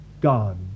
God